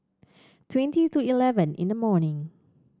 twenty to eleven in the morning